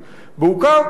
בנוסף,